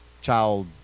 child